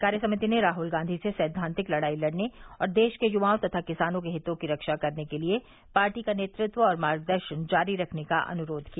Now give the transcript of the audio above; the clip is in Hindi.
कार्य समिति ने राहल गांधी से सैद्वांतिक लड़ाई लड़ने और देश के युवाओं तथा किसानों के हितों की रक्षा करने के लिए पार्टी का नेतृत्व और मार्गदर्शन जारी रखने का अनुरोध किया